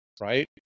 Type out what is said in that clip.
right